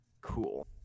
cool